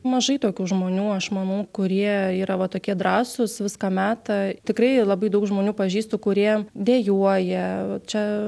mažai tokių žmonių aš manau kurie yra va tokie drąsūs viską meta tikrai labai daug žmonių pažįstu kurie dejuoja vat čia